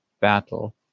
battle